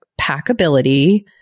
packability